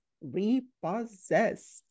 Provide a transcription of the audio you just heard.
Repossessed